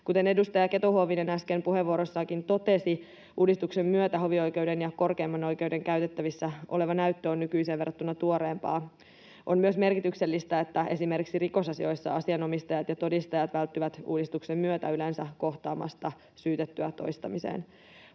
Kuten edustaja Keto-Huovinenkin äsken puheenvuorossaan totesi, uudistuksen myötä hovioikeuden ja korkeimman oikeuden käytettävissä oleva näyttö on nykyiseen verrattuna tuoreempaa. On myös merkityksellistä, että esimerkiksi rikosasioissa asianomistajat ja todistajat välttyvät uudistuksen myötä yleensä kohtaamasta syytettyä toistamiseen.